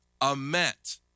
Amet